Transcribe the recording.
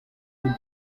will